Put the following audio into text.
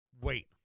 wait